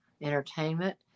Entertainment